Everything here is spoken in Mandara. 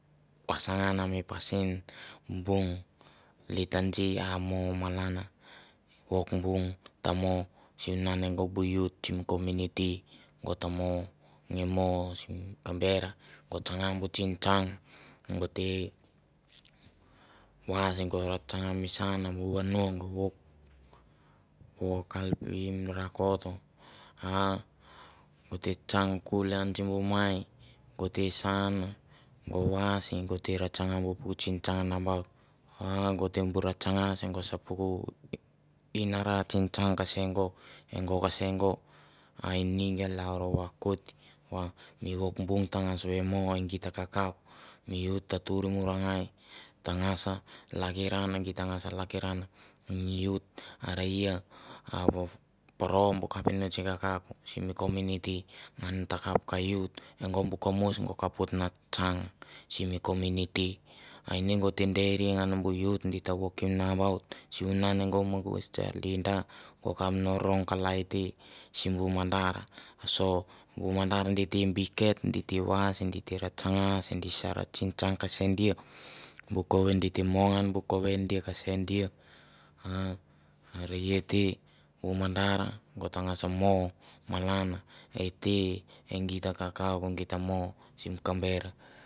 Vasangana mi pasim bung, litergy a mo malan a, wok bung ta mo, siunan e go bu youth sim kominti go tamo, nge mo sim kambera, go tsanga bu tsingtsang, go te was, go tsanga misana bu vano, wok halpim rakot, a go te tsang kuil an sim bu mai, go te sa an, go wasi go te ra tsanga bu puk tsingtsang nambaut, a go ter bu ra tsanga se go sa puku inara tsingtsang kaseng go, e go kaseng go. A ini gei lalro vakoit, va mi wok bung tangas ve mo e git ta kakauk, mi youth ta tuir murangai, tangas a lakiran, git tangas lakiran mi youth are ia a poro bu kapinots kakauk simi komintim ngan ta kap ka youth, e go bu kamois go kapoit na tsang simi kominiti. A ine go te dere ngan bu youth dit ta wokim nambaut, siunan e go mo go sa lida, go kap no rong kalai te sim bu mandar tsingtsang kasen dia, bu kove di te mua ngan bu kove dia kase dia, a are ia te, bu mandar go tangas mo malan, e git ta kakauk ta mo sim kamber.